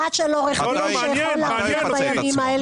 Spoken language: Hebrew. ומשרד של עורך דין שלא יכול להגיע בימים האלה לא נחשב?